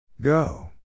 Go